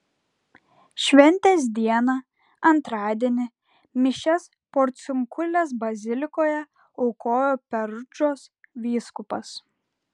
šventės dieną antradienį mišias porciunkulės bazilikoje aukojo perudžos vyskupas